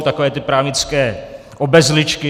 Takové ty právnické obezličky.